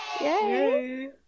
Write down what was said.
Yay